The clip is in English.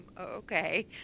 okay